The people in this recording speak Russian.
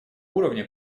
уровне